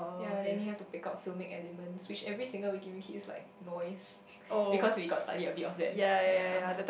ya then you have to pick up few mid elements which every single we give in he is like noise because we got study a bit of that